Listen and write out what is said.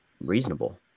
reasonable